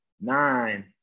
nine